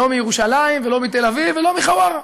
לא מירושלים ולא מתל אביב ולא מחווארה.